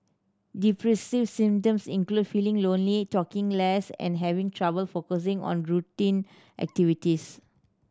depressive symptoms include feeling lonely talking less and having trouble focusing on routine activities